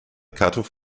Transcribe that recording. cutoff